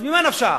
אז ממה נפשך?